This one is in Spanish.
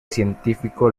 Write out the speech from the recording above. científico